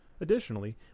Additionally